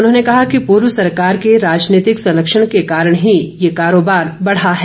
उन्होंने कहा कि पूर्व सरकार के राजनीतिक संरक्षण के कारण ही यह कारोबार बढ़ा है